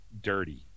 dirty